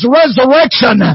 resurrection